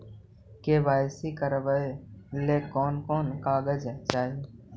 KYC करावे ले कोन कोन कागजात चाही?